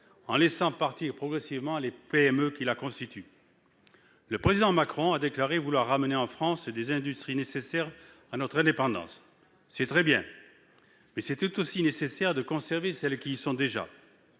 en laissant partir progressivement les PME qui la constituent. Le président Macron a déclaré vouloir ramener en France les industries nécessaires à notre indépendance, c'est très bien, mais il est tout aussi nécessaire de conserver celles qui y sont déjà